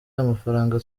amafaranga